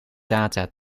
data